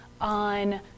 on